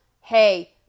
hey